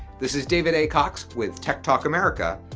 this is david a. cox with techtalk america.